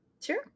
Sure